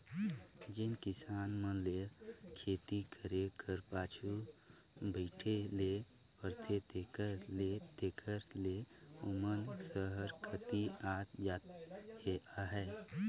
जेन किसान मन ल खेती करे कर पाछू बइठे ले परथे तेकर ले तेकर ले ओमन सहर कती आत जात अहें